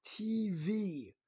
TV